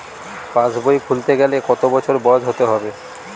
পাশবই খুলতে গেলে কত বছর বয়স হতে হবে?